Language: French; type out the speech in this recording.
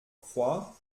croix